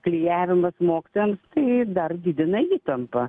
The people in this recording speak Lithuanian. klijavimas mokytojams tai dar didina įtampą